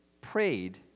prayed